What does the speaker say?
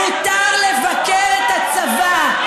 מותר לבקר את הצבא,